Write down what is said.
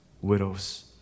widows